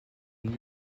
new